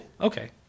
Okay